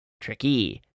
Tricky